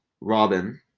Robin